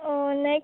next